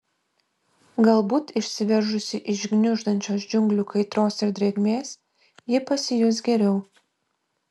galbūt išsiveržusi iš gniuždančios džiunglių kaitros ir drėgmės ji pasijus geriau